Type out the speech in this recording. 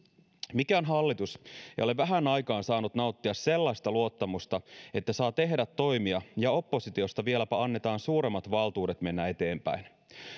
mikään hallitus ei ole vähään aikaan saanut nauttia sellaista luottamusta että saa tehdä toimia ja oppositiosta vieläpä annetaan suuremmat valtuudet mennä eteenpäin